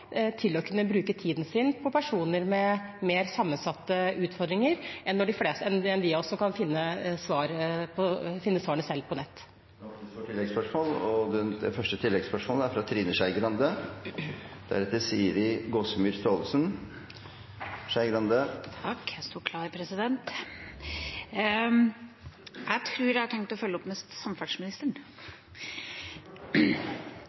til å kunne bruke tiden sin på personer med mer sammensatte utfordringer enn de av oss som kan finne svarene selv på nettet. Det åpnes for oppfølgingsspørsmål – først representanten Trine Skei Grande. Takk – jeg sto klar, president. Jeg har tenkt å følge opp med spørsmål til samferdselsministeren.